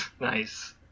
nice